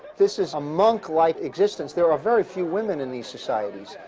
this is a monk-life existence there are very few women in these societies.